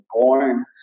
born